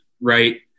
right